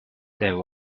there